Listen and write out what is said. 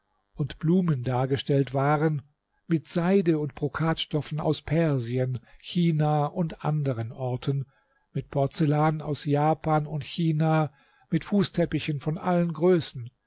und blumen dargestellt waren mit seide und brokatstoffen aus persien china und anderen orten mit porzellan aus japan und china mit fußteppichen von allen größen